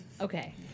Okay